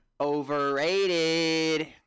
Overrated